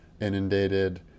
inundated